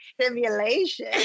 simulation